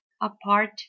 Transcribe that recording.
apart